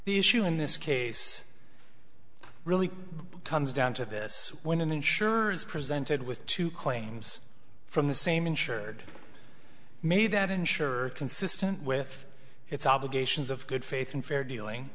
the issue in this case really comes down to this when an insurers presented with two claims from the same insured made that insurer consistent with its obligations of good faith and fair dealing